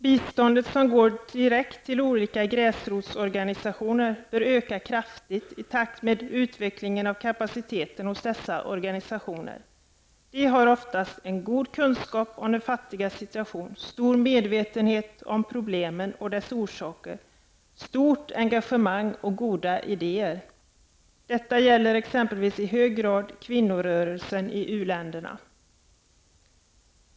Biståndet som går direkt till olika gräsrotsorganisationer bör öka kraftigt i takt med utvecklingen av kapaciteten hos dessa organisationer. De har oftast en god kunskap om de fattigas situation, stor medvetenhet om problemen och deras orsaker, stort engagemang och goda idéer. Detta gäller i hög grad exempelvis kvinnorörelsen i u-länderna.